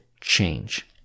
change